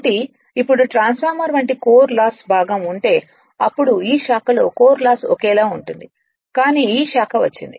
కాబట్టి ఇప్పుడు ట్రాన్స్ఫార్మర్ వంటి కోర్ లాస్ భాగం ఉంటే అప్పుడు ఈ శాఖలో కోర్ లాస్ ఒకేలా ఉంటుంది కానీ ఈ శాఖ వచ్చింది